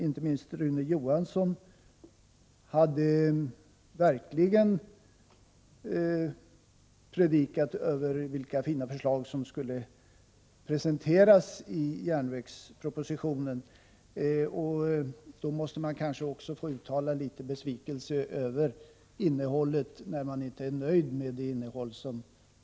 Inte minst Rune Johansson hade ju verkligen predikat om vilka fina förslag som skulle komma att presenteras i järnvägspropositionen. När man inte är nöjd med det innehåll som presenteras måste man också få uttala sin besvikelse över detta.